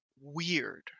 weird